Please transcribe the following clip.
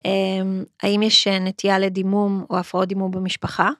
האם יש נטייה לדימום או הפרעות דימום במשפחה?